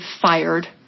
fired